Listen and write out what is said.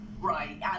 Right